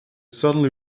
suddenly